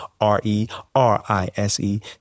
R-E-R-I-S-E